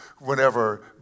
whenever